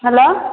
hello